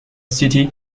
city